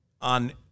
on